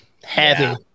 heavy